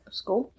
school